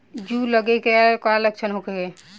जूं लगे के का लक्षण का होखे?